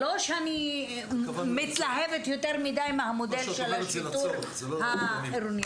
לא שאני יותר מדי מתלהבת מהמודל של השיטור העירוני.